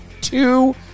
two